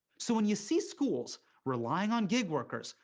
so, when you see schools relying on gig workers,